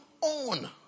on